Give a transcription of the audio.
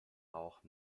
auch